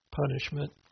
punishment